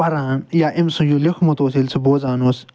پَران یا أمۍ سُہ یہِ لیوٚکھمُت اوس ییٚلہِ سُہ بوزان اوس